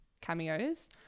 cameos